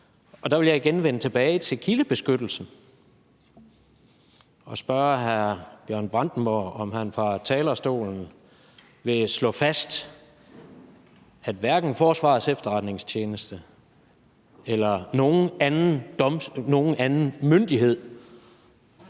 Der vil jeg igen vende tilbage til kildebeskyttelsen og spørge hr. Bjørn Brandenborg, om han fra talerstolen vil slå fast, at hverken Forsvarets Efterretningstjeneste eller nogen anden myndighed